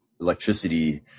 electricity